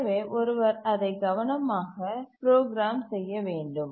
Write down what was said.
எனவே ஒருவர் அதை கவனமாக ப்ரோக்ராம் செய்ய வேண்டும்